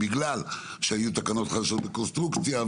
כי כבר היו תקנות חדשות בבנייה.